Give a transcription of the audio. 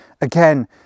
Again